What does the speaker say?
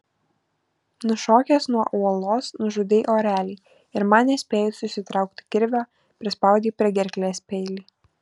nušokęs nuo uolos nužudei orelį ir man nespėjus išsitraukti kirvio prispaudei prie gerklės peilį